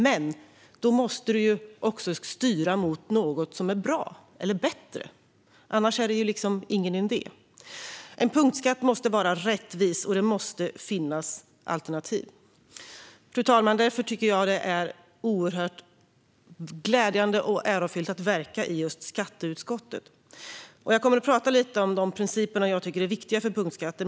Men man måste också styra mot något som är bra eller bättre. Annars är det inte någon idé. En punktskatt måste vara rättvis, och det måste finnas alternativ. Fru talman! Det är därför oerhört glädjande och ärofyllt att verka i just skatteutskottet. Jag kommer att tala lite om de principer som jag tycker är viktiga för punktskatter.